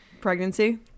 Pregnancy